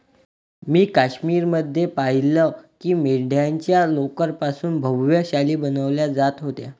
मी काश्मीर मध्ये पाहिलं की मेंढ्यांच्या लोकर पासून भव्य शाली बनवल्या जात होत्या